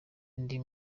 ndi